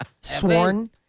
Sworn